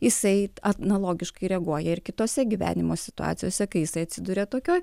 jisai analogiškai reaguoja ir kitose gyvenimo situacijose kai jisai atsiduria tokioj